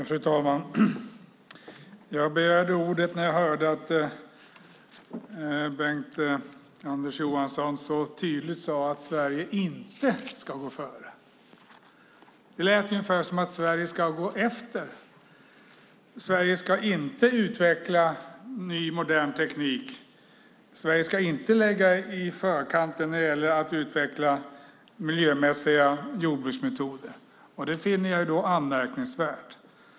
Fru talman! Jag begärde ordet när jag hörde att Bengt-Anders Johansson så tydligt sade att Sverige inte ska gå före. Det lät ungefär som att Sverige ska gå efter. Sverige ska inte utveckla ny modern teknik. Sverige ska inte ligga i framkant när det gäller att utveckla miljömässiga jordbruksmetoder. Detta finner jag anmärkningsvärt.